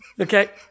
Okay